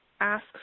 ask